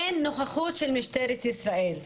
אין נוכחות של משטרת ישראל.